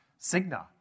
Cigna